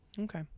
Okay